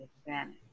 advantage